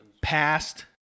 past